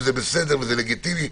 זה בסדר ולגיטימי.